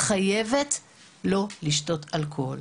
חייבת לא לשתות אלכוהול.